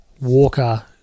Walker